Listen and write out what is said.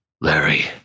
Larry